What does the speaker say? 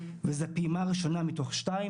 וזו פעימה ראשונה מתוך שתיים.